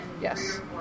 yes